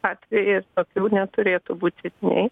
atvejai ir tokių neturėtų būti nei